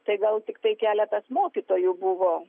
tai gal tiktai keletas mokytojų buvo